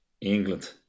England